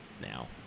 now